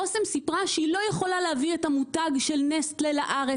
אסם סיפרה שהיא לא יכולה לייבא את המותג של נסטלה לארץ,